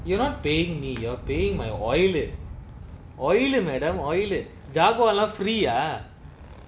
you're not paying me you're paying my oli uh oil uh madam oil uh jaguar lah free ah